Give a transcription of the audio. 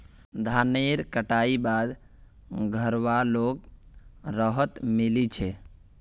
धानेर कटाई बाद घरवालोक राहत मिली छे